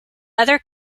other